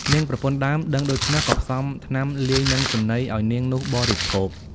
នាងប្រពន្ធដើមដឹងដូច្នោះ ក៏ផ្សំថ្នាំលាយនឹង ចំណីឲ្យនាងនោះបរិភោគ។